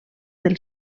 del